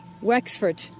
Wexford